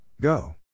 Go